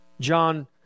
John